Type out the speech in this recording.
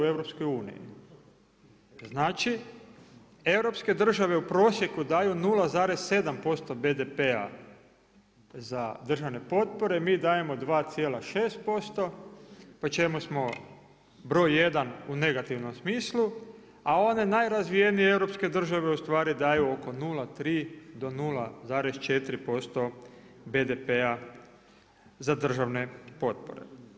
Znači, europske države u prosjeku daju 0,7% BDP-a za državne potpore, mi dajemo 2,6% po čemu smo broj 1 u negativnom smislu, a one najrazvijenije europske države u stvari daju oko 0,3 do 0,4% BDP-a za državne potpore.